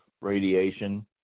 radiation